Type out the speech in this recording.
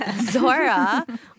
Zora